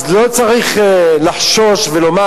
אז לא צריך לחשוש ולומר: